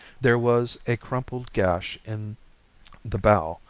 there was a crumpled gash in the bow.